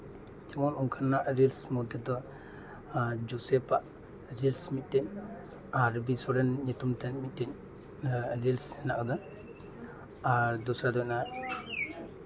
ᱡᱮᱢᱚᱱ ᱚᱱᱠᱟᱱᱟᱜ ᱨᱤᱞᱥ ᱢᱚᱫᱽ ᱨᱮᱫᱚ ᱡᱳᱥᱮᱯᱟᱜ ᱨᱤᱞᱥ ᱢᱤᱫᱴᱮᱱ ᱟᱨ ᱵᱤ ᱥᱚᱨᱮᱱ ᱧᱩᱛᱩᱢ ᱛᱮ ᱢᱤᱫᱴᱮᱱ ᱨᱤᱞᱥ ᱦᱮᱱᱟᱜ ᱟᱠᱟᱫᱟ ᱟᱨ ᱫᱚᱥᱨᱟ ᱫᱚ ᱦᱩᱭᱩᱜ ᱠᱟᱱᱟ